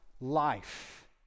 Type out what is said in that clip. life